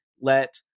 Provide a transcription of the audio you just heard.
let